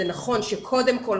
זה נכון שקודם כל,